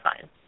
fine